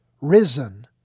risen